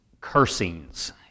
cursings